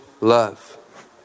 love